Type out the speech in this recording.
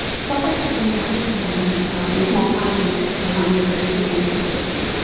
sulfites have been added to wines in small quantities by winemakers since antiquity.